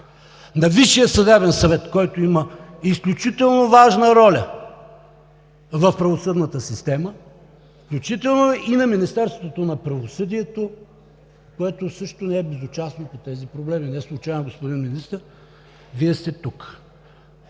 на Висшия съдебен съвет, който има изключително важна роля в правосъдната система, включително и на Министерството на правосъдието, което също не е безучастно по тези проблеми. Неслучайно, господин Министър, Вие сте тук.